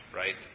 right